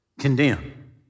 condemn